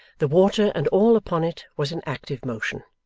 the water and all upon it was in active motion,